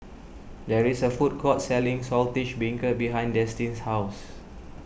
there is a food court selling Saltish Beancurd behind Destin's house